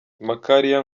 macharia